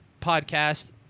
podcast